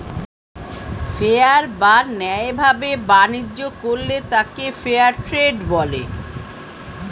fair বা ন্যায় ভাবে বাণিজ্য করলে তাকে ফেয়ার ট্রেড বলে